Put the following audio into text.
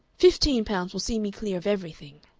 fifteen pounds will see me clear of everything.